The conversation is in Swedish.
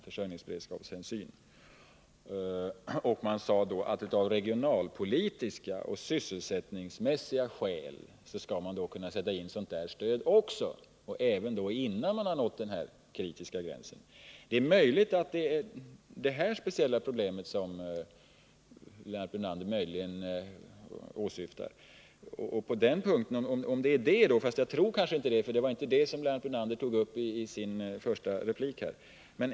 Man sade då att man också av regionalpolitiska och sysselsättningsmässiga skäl skall kunna sätta in dylikt stöd, även innan branschen nått den kritiska gränsen. Det är möjligt att det är det här speciella problemet som Lennart Brunander åsyftar. Men jag tror inte det, därför att det var inte det Lennart Brunander tog upp i sin första replik.